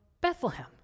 Bethlehem